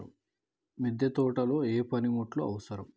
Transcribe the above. మిద్దె తోటలో ఏ పనిముట్లు అవసరం?